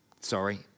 Sorry